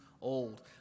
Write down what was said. old